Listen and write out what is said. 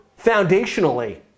foundationally